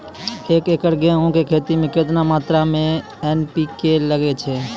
एक एकरऽ गेहूँ के खेती मे केतना मात्रा मे एन.पी.के लगे छै?